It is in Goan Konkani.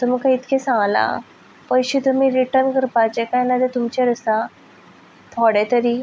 तुमकां इतकें सांगलां पयशे तुमी रिटर्न करपाचे कांय ना तें तुमचेर आसा थोडे तरी